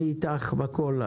אני איתך בכול.